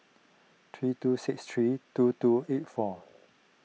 three two six three two two eight four